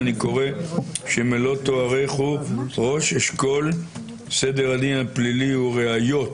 ואני קורא שמלוא תוארך הוא ראש אשכול סדר הדין הפלילי וראיות,